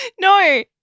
No